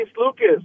Lucas